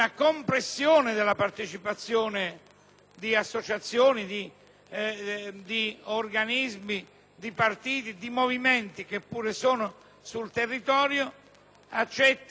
di associazioni, di organismi, di partiti, di movimenti che pure sono sul territorio, accetta questa sfida e auspica